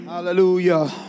Hallelujah